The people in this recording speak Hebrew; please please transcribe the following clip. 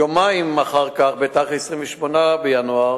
יומיים אחר כך, בתאריך 28 בינואר,